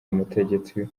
umutegetsi